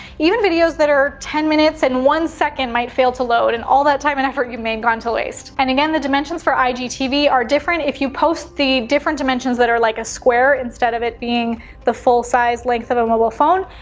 even videos that are ten minutes and one second might fail to load and all that time and effort gone to waste. and again the dimensions for igtv are different if you post the different dimensions that are like a square instead of it being the full size length of a mobile phone.